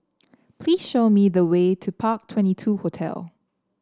please show me the way to Park Twenty two Hotel